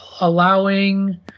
allowing